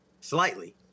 slightly